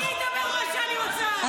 אנחנו בעד --- זה מה שהיה חסר לי, בודפשט.